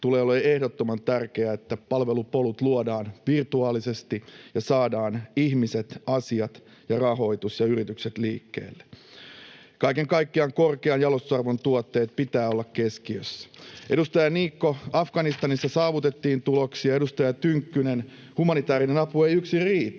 tulee olemaan ehdottoman tärkeää, että palvelupolut luodaan virtuaalisesti ja saadaan ihmiset, asiat, rahoitus ja yritykset liikkeelle. Kaiken kaikkiaan korkean jalostusarvon tuotteiden pitää olla keskiössä. Edustaja Niikko, Afganistanissa saavutettiin tuloksia. Edustaja Tynkkynen, humanitäärinen apu ei yksin riitä,